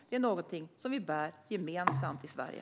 Detta är någonting som vi bär gemensamt i Sverige.